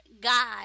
God